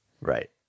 Right